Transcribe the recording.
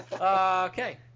Okay